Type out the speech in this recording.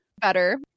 better